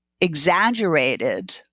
exaggerated